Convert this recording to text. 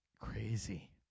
crazy